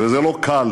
וזה לא קל.